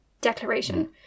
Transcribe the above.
declaration